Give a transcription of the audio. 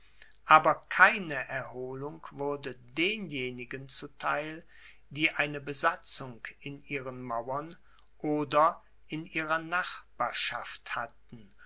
aber keine erholung wurde denjenigen zu theil die eine besatzung in ihren mauern oder in ihrer nachbarschaft hatten